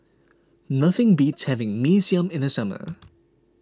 nothing beats having Mee Siam in the summer